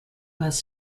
bus